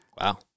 Wow